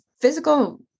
physical